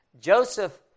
Joseph